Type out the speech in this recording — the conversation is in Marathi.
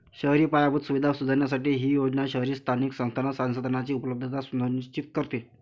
शहरी पायाभूत सुविधा सुधारण्यासाठी ही योजना शहरी स्थानिक संस्थांना संसाधनांची उपलब्धता सुनिश्चित करते